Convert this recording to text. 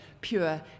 pure